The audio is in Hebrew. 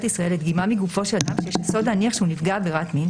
ישראל לדגימה מגופו של אדם שיש יסוד להניח שהוא נפגע עבירת מין,